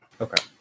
Okay